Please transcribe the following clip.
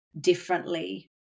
differently